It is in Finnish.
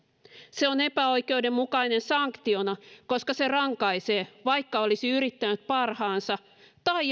se on epäoikeudenmukainen sanktiona koska se rankaisee vaikka olisi yrittänyt parhaansa tai